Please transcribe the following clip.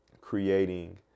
creating